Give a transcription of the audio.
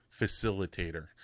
Facilitator